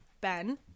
Ben